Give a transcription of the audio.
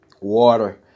water